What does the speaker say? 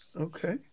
Okay